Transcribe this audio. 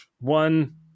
one